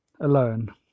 alone